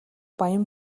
баян